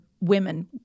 women